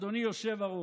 אדוני יושב-הראש,